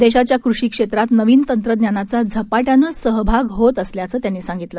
देशाच्या कृषी क्षेत्रात नवीन तंत्रज्ञानाचा झपाट्यानं सहभाग होत असल्याचं त्यांनी सांगितलं